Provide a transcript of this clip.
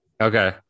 Okay